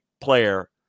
player